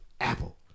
Apple